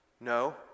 No